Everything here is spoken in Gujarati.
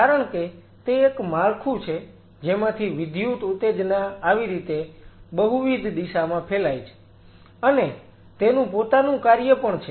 કારણ કે તે એક માળખું છે જેમાંથી વિદ્યુત ઉત્તેજના આવી રીતે બહુવિધ દિશામાં ફેલાય છે અને તેનું પોતાનું કાર્ય પણ છે